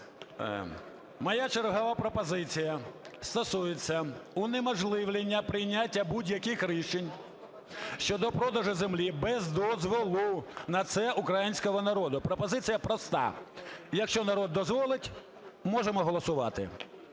Моя чергова пропозиція стосується унеможливлення прийняття будь-яких рішень щодо продажу землі без дозволу на це українського народу. Пропозиція проста. Якщо народ дозволить, можемо голосувати.